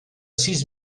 sis